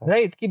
Right